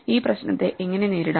ഈ പ്രശ്നത്തെ എങ്ങനെ നേരിടാം